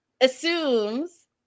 assumes